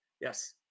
Yes